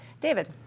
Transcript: David